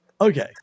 okay